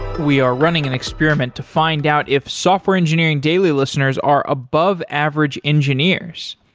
we are running an experiment to find out if software engineering daily listeners are above average engineers.